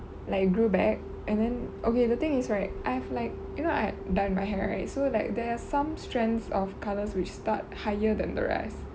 like it grew back and then okay the thing is right I have like you know I have dyed my hair right so like there's some strands of colours which start higher than the rest